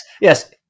yes